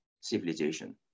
civilization